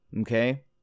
okay